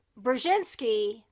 Brzezinski